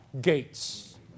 gates